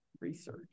research